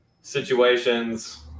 situations